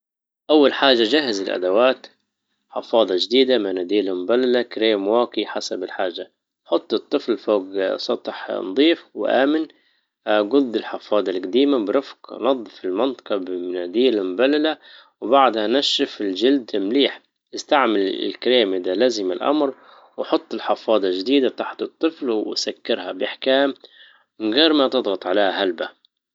اول حاجة جهز الادوات حفاضة جديدة مناديل مبللة كريم واقي حسب الحاجة حط الطفل فوق سطح نضيف وآمن جض الحفاضة القديمة برفق، نضف المنطقة بمناديل مبللة وبعدها نشف الجلد مليح استعمل الكريم اذا لزم الامر وحط الحفاضة جديدة تحت الطفل وسكرها باحكام من غير ما تضغط عليها هالبة